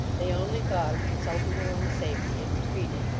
they only thought of consulting their own safety, and retreated,